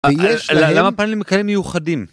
למה פאנלים כאלה מיוחדים?